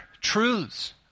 truths